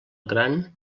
gran